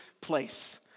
place